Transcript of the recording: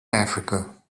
africa